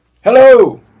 Hello